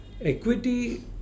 Equity